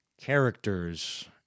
characters